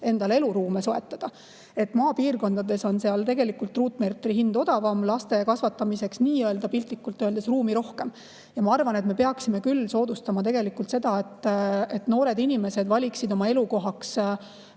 endale eluruume soetada. Maapiirkondades on tegelikult ruutmeetri hind odavam, ja laste kasvatamiseks, piltlikult öeldes, ruumi rohkem. Ma arvan, et me peaksime küll soodustama seda, et noored inimesed valiksid oma elukohaks